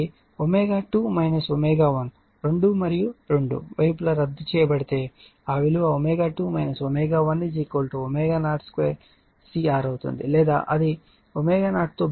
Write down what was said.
కాబట్టి ఆ ω2 ω1 2 మరియు 2 రెండు వైపులా రద్దు చేయబడితే ఆ విలువ ω2 ω1 ω02CR అవుతుంది లేదా అది ω0 తో భాగించండి